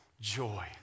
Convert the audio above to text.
joy